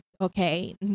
Okay